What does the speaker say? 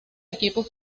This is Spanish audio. equipo